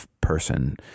person